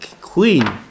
queen